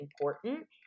important